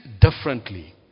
differently